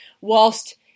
whilst